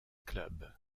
club